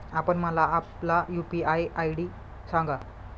आपण मला आपला यू.पी.आय आय.डी सांगा